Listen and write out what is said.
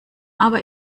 aber